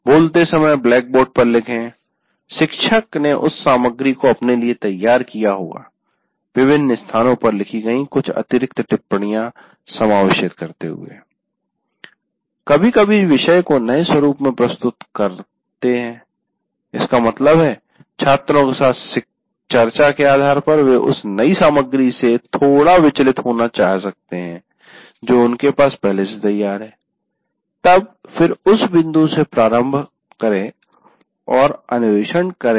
बोलते समय ब्लैकबोर्ड पर लिखें शिक्षक ने उस सामग्री को अपने लिए तैयार किया होगा विभिन्न स्थानों पर लिखी गई कुछ अतिरिक्त टिप्पणियाँ समावेशित करते हुए कभी कभी शिक्षक विषय को नए स्वरुप में प्रस्तुत करते है इसका मतलब है छात्रों के साथ चर्चा के आधार पर वे उस सामग्री से थोड़ा विचलित होना चाह सकते हैं जो उनके पास पहले से तैयार है तब फिर उस बिंदु से प्रारंभ करें और अन्वेषण करें